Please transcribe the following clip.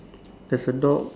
there's a dog